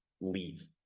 leave